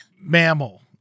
mammal